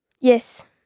Yes